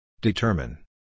Determine